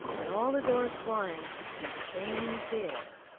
and all the doors flying, to change the air.